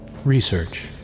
Research